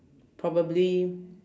probably